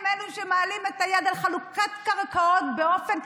הם אלו שמעלים את היד על חלוקת קרקעות באופן,